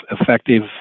effective